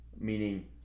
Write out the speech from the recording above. meaning –